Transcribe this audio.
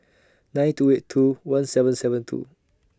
nine two eight two one seven seven two